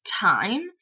time